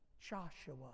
Joshua